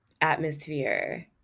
atmosphere